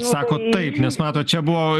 sakot taip nes matot čia buvo